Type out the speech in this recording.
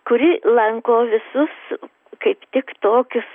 kuri lanko visus kaip tik tokius